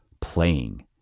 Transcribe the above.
playing